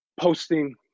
posting